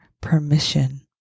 permission